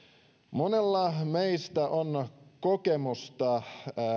monella meistä on kokemusta